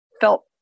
felt